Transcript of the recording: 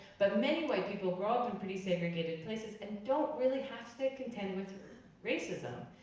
but many white people grow up in pretty segregated places and don't really have to contend with racism.